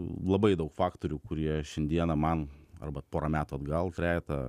labai daug faktorių kurie šiandieną man arba porą metų atgal trejetą